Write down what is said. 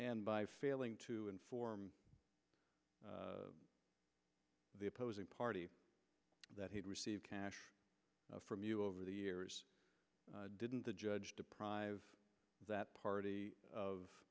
and by failing to inform the opposing party that he'd received cash from you over the years didn't the judge deprive that party of